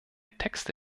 texte